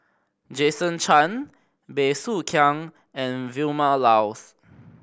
Jason Chan Bey Soo Khiang and Vilma Laus